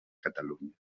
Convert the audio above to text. catalunya